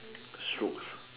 stroke